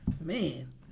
Man